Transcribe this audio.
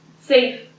safe